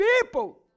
people